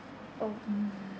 oh